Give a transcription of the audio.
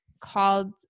called